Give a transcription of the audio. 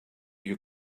your